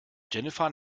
jennifer